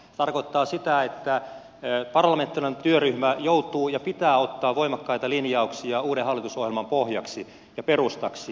se tarkoittaa sitä että parlamentaarinen työryhmä joutuu ottamaan ja sen pitää ottaa voimakkaita linjauksia uuden hallitusohjelman pohjaksi ja perustaksi